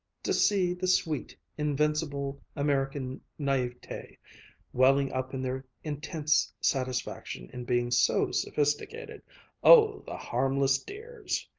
to see the sweet, invincible american naivete welling up in their intense satisfaction in being so sophisticated oh, the harmless dears!